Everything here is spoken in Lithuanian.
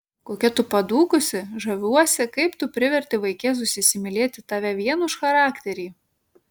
kokia tu padūkusi žaviuosi kaip tu priverti vaikėzus įsimylėti tave vien už charakterį